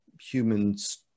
humans